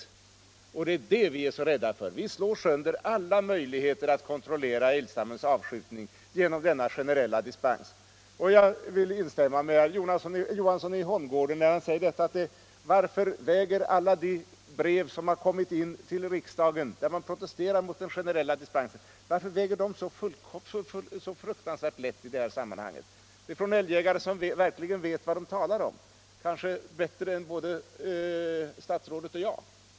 Det är detta vi är så rädda för. Vi slår sönder alla möjligheter att kontrollera älgstammens avskjutning genom denna generella dispens. Jag vill instämma med herr Johansson i Holmgården när han frågar: Varför väger alla de brev som kommit in till riksdagen och där man protesterar mot den generella dispensen så lätt i sammanhanget? Det är brev från älgjägare som verkligen vet vad de talar om. De vet kanske bättre än både statsrådet och jag.